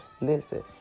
Listen